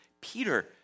Peter